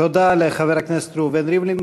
תודה לחבר הכנסת ראובן ריבלין.